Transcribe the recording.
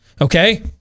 Okay